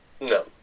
no